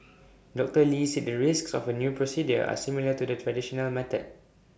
doctor lee said the risks of the new procedure are similar to the traditional method